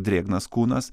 drėgnas kūnas